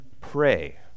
pray